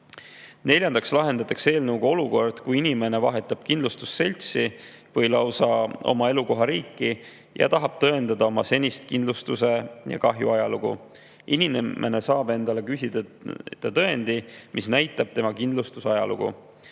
Neljandaks lahendatakse eelnõuga olukord, kus inimene vahetab kindlustusseltsi või lausa elukohariiki ja tahab tõendada oma senist kindlustuse ja ‑kahjude ajalugu. Inimene saab endale küsida tõendi, mis näitab tema kindlustusajalugu.